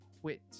quit